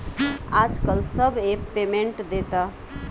आजकल सब app payment देता